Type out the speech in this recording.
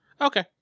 okay